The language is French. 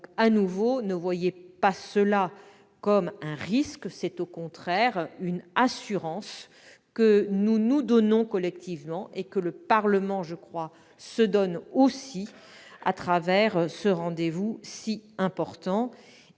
une fois, ne voyez pas cela comme un risque. C'est au contraire une assurance que nous nous donnons collectivement et que le Parlement, je crois, se donne aussi, à travers ce rendez-vous si important.